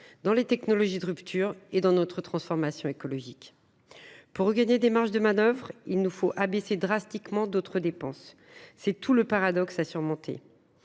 dans les technologies de rupture et dans la transformation écologique. Pour regagner des marges de manœuvre, il nous faut diminuer drastiquement d’autres dépenses. C’est tout le paradoxe à surmonter.